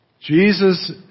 Jesus